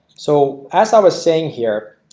so as i was saying here,